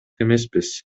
эмеспиз